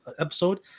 episode